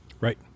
Right